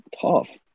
tough